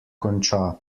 konča